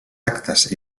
actes